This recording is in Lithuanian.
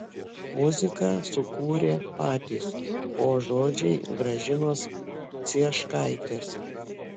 muziką sukūrė patys o žodžiai gražinos cieškaitės